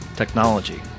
technology